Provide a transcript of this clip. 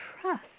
trust